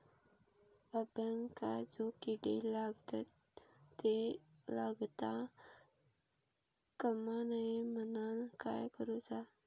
अंब्यांका जो किडे लागतत ते लागता कमा नये म्हनाण काय करूचा?